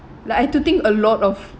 like I had to think a lot of